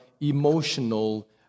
emotional